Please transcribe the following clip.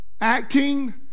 acting